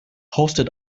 hosted